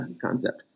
concept